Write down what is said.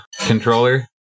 controller